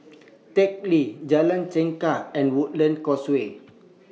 Teck Lee Jalan Chengkek and Woodlands Causeway